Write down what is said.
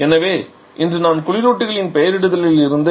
எனவே இன்று நான் குளிரூட்டிகளின் பெயரிடுதலில் இருந்து